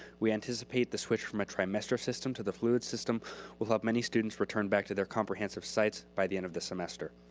we anticipate the switch from a trimester system to the fluid system will help many students return back to their comprehensive site by the end of the semester.